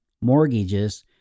mortgages